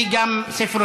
היא גם ספרותית,